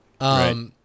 Right